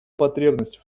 потребность